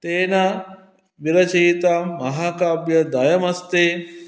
तेन विरचितं महाकाव्यादयमस्ति